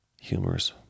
humorous